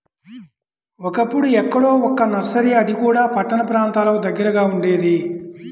ఒకప్పుడు ఎక్కడో ఒక్క నర్సరీ అది కూడా పట్టణ ప్రాంతాలకు దగ్గరగా ఉండేది